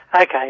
Okay